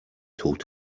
told